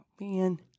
Man